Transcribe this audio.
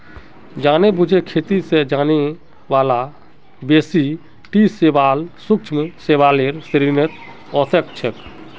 जानेबुझे खेती स जाने बाला बेसी टी शैवाल सूक्ष्म शैवालेर श्रेणीत ओसेक छेक